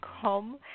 come